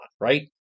right